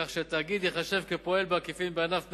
כך שהתאגיד ייחשב כפועל בעקיפין בענף משק,